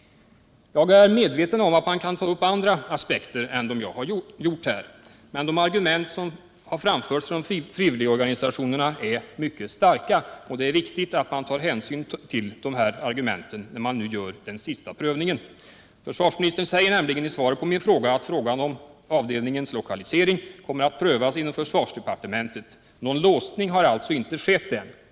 Jag är medveten om att man kan ta upp andra aspekter än vad jag gjort nu. Men de argument från frivilligorganisationerna som jag har fört fram här är mycket starka. Det är viktigt att ta hänsyn till dessa argument när man gör den sista prövningen. Försvarsministern säger nämligen i svaret att frågan om avdelningens lokalisering kommer att prövas inom försvarsdepartementet. Någon låsning har alltså inte skett ännu.